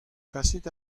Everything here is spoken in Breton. kasit